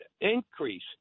increase